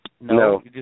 No